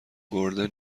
گردن